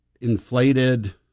inflated